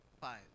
Five